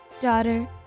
Daughter